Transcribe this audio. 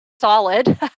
solid